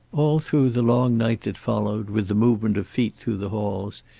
all through the long night that followed, with the movement of feet through the halls,